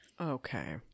okay